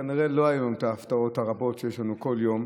כנראה לא היו לנו את ההפתעות הרבות שיש לנו כל יום: